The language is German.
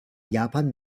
japan